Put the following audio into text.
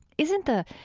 isn't the,